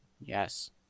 Yes